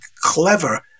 clever